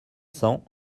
cents